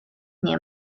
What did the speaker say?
nie